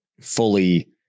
fully